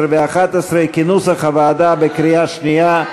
10 ו-11 כנוסח הוועדה בקריאה שנייה.